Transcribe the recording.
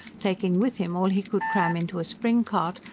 taking with him all he could cram into a spring-cart,